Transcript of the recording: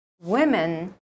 women